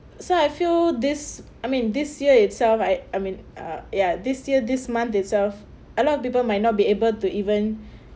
so I feel this I mean this year itself I I mean ah ya this year this month itself a lot of people might not be able to even